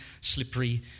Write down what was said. slippery